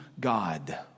God